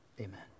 amen